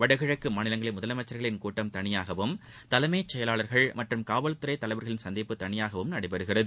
வடகிழக்கு மாநிலங்களின் முதலமைச்சர்கள் கூட்டம் தனியாகவும் தலைமை செயலாளர்கள் மற்றும் காவல்துறை தலைவர்களின் சந்திப்பு தனியாகவும் நடைபெறுகிறது